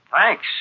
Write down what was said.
Thanks